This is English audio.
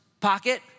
pocket